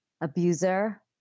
abuser